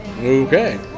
okay